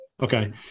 Okay